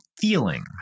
feeling